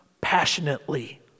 passionately